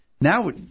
Now